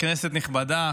כנסת נכבדה,